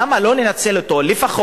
למה לא לנצל אותו לפחות,